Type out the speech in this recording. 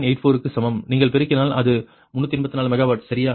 84 க்கு சமம் நீங்கள் பெருக்கினால் அது 384 மெகாவாட் சரியா